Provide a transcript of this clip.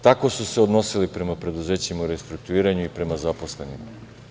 Tako su se odnosili prema preduzećima u restrukturiranju i prema zaposlenima.